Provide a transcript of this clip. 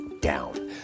down